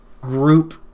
group